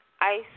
ice